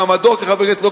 במעמדו כחבר כנסת,